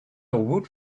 woot